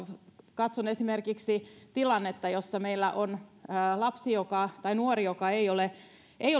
katson esimerkiksi tilannetta jossa meillä on nuori joka ei